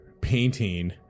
painting